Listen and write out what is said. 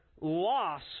loss